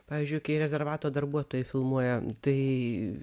pavyzdžiui kai rezervato darbuotojai filmuoja tai